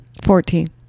Fourteen